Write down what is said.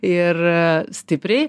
ir stipriai